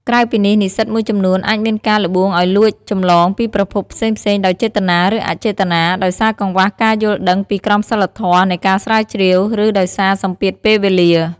ក្រៅពីនេះ និស្សិតមួយចំនួនអាចមានការល្បួងឱ្យលួចចម្លងពីប្រភពផ្សេងៗដោយចេតនា ឬអចេតនា ដោយសារកង្វះការយល់ដឹងពីក្រមសីលធម៌នៃការស្រាវជ្រាវ ឬដោយសារសម្ពាធពេលវេលា។